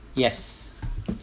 yes